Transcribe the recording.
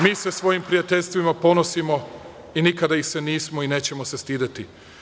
Mi se svojim prijateljstvima ponosimo i nikada ih se nismo i nećemo se stideti.